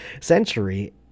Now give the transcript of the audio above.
century